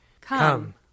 Come